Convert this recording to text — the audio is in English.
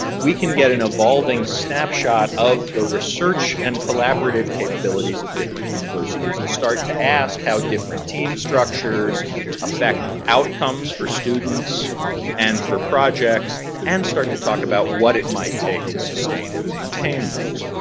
we can get an evolving snapshot of the research and collaborative capabilities of different universities and start to ask how different team structures affect outcomes for students and for projects and start to talk about what it might take to sustain and maintain those.